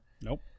nope